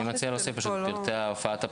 אני מציע להוסיף: "פרטי הופעת הפרסום"